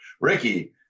Ricky